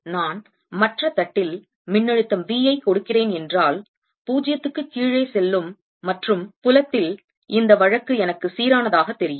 நான் மற்ற தட்டில் மின்னழுத்தம் V ஐ கொடுக்கிறேன் என்றால் 0 க்கு கீழே செல்லும் மற்றும் புலத்தில் இந்த வழக்கு எனக்கு சீரானதாக தெரியும்